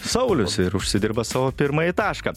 saulius ir užsidirba savo pirmąjį tašką